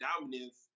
dominance